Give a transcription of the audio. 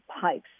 pipes